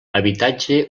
habitatge